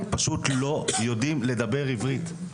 פשוט לא יודעים לדבר עברית.